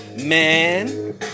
man